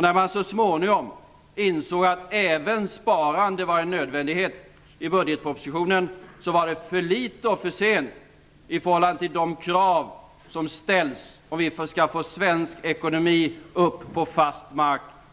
När man så småningom i budgetpropositionen insåg att även sparande var en nödvändighet, var det för litet och för sent i förhållande till de krav som ställs om vi skall få svensk ekonomi upp på fast